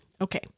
Okay